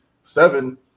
seven